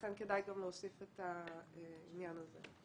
ולכן כדאי גם להוסיף את העניין הזה.